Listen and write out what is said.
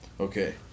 okay